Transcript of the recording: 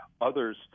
others